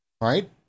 right